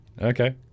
Okay